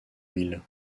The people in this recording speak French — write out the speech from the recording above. mile